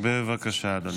בבקשה, אדוני.